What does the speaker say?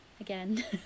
Again